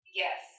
yes